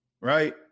Right